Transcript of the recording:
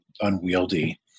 unwieldy